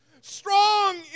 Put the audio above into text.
Strong